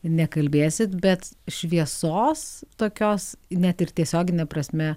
nekalbėsit bet šviesos tokios net ir tiesiogine prasme